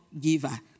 giver